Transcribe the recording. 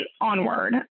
onward